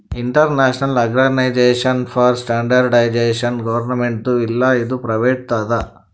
international organization for standardization ಗೌರ್ಮೆಂಟ್ದು ಇಲ್ಲ ಇದು ಪ್ರೈವೇಟ್ ಅದಾ